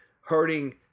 hurting